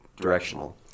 directional